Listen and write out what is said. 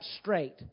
straight